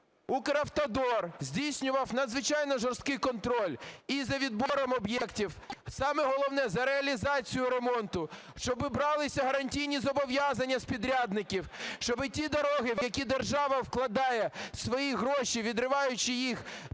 Укравтодор здійснював надзвичайно жорсткий контроль і за відбором об'єктів, саме головне - за реалізацією ремонту, щоб бралися гарантійні зобов'язання з підрядників, щоб ті дороги, в які держава вкладає свої гроші, відриваючи їх…